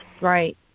Right